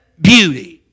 beauty